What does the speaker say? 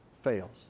fails